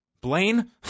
Blaine